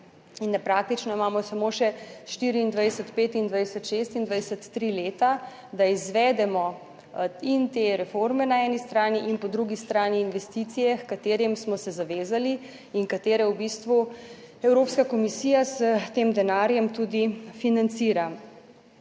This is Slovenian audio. in praktično imamo samo še 2024, 2025, 2026 3 leta, da izvedemo in te reforme na eni strani in po drugi strani investicije, h katerim smo se zavezali in katere v bistvu Evropska komisija s tem denarjem tudi financira.